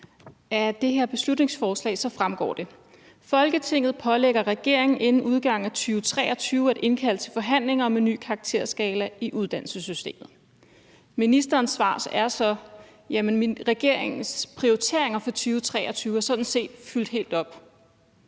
Af det her beslutningsforslag fremgår det: Folketinget pålægger regeringen inden udgangen af 2023 at indkalde til forhandlinger om en ny karakterskala i uddannelsessystemet. Ministerens svar er så: Jamen regeringens prioriteringer for 2023 er sådan set fyldt helt op.